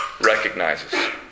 recognizes